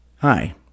Hi